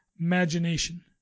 imagination